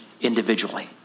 individually